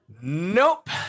Nope